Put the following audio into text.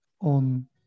on